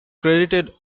credited